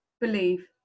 believe